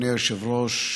אדוני היושב-ראש,